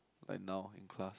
like now in class